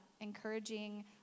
encouraging